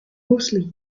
mostly